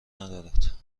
ندارد